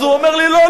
אז הוא אומר לי: לא,